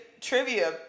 trivia